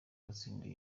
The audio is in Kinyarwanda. watsindiye